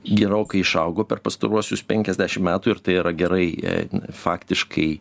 gerokai išaugo per pastaruosius penkiasdešimt metų ir tai yra gerai jei faktiškai